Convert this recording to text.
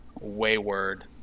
wayward